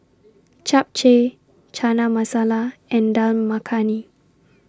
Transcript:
Japchae Chana Masala and Dal Makhani